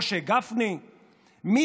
זה